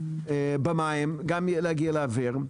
במים וגם להגיע לאוויר.